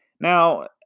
Now